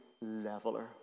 leveler